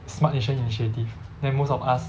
smart nation initiative then most of us